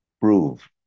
prove